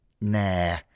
Nah